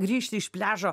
grįžti iš pliažo